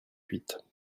huit